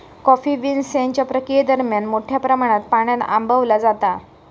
coffee beans त्यांच्या प्रक्रियेदरम्यान मोठ्या प्रमाणात पाण्यान आंबवला जाता